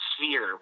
sphere